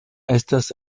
estas